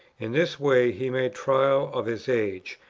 in this way he made trial of his age,